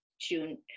June